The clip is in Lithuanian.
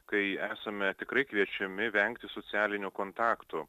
kai esame tikrai kviečiami vengti socialinių kontaktų